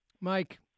Mike